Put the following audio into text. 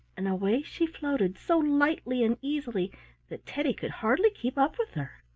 and away she floated so lightly and easily that teddy could hardly keep up with her.